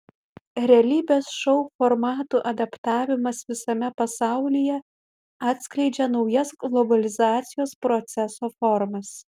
realybės šou formatų adaptavimas visame pasaulyje atskleidžia naujas globalizacijos proceso formas